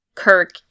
Kirk